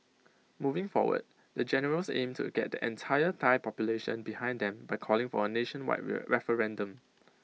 moving forward the generals aim to get the entire Thai population behind them by calling for A nationwide referendum